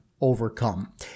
overcome